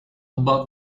about